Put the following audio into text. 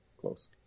Close